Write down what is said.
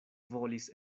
volis